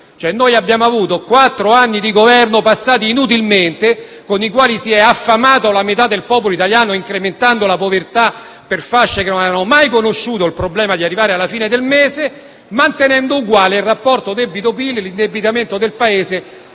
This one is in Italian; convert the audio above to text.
cioè, abbiamo avuto quattro anni di Governo passati inutilmente, durante i quali si è affamata la metà del popolo italiano, incrementando la povertà per fasce che non avevano mai conosciuto il problema di arrivare alla fine del mese, mantenendo uguali il rapporto tra debito e PIL, l'indebitamento del Paese